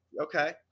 Okay